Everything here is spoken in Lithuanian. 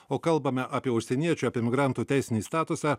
o kalbame apie užsieniečių apie migrantų teisinį statusą